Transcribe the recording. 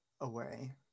away